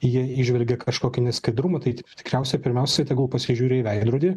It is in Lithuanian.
jie įžvelgia kažkokį neskaidrumą tai tikriausiai pirmiausia tegul pasižiūri į veidrodį